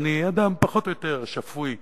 שאני אדם פחות או יותר שפוי,